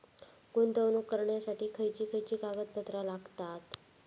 गुंतवणूक करण्यासाठी खयची खयची कागदपत्रा लागतात?